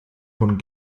von